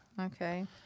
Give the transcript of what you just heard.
Okay